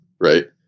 right